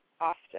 often